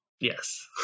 Yes